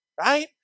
Right